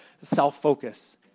self-focus